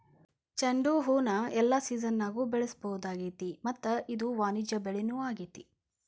ಚಂಡುಹೂನ ಎಲ್ಲಾ ಸಿಜನ್ಯಾಗು ಬೆಳಿಸಬಹುದಾಗೇತಿ ಮತ್ತ ಇದು ವಾಣಿಜ್ಯ ಬೆಳಿನೂ ಆಗೇತಿ